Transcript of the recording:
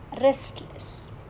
restless